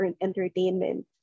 entertainment